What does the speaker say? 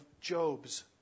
Job's